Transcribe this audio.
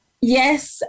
Yes